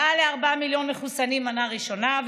מעל לארבעה מיליון מחוסנים במנה ראשונה,